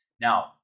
Now